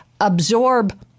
absorb